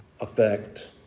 effect